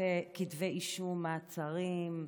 לעומת כתבי אישום, מעצרים,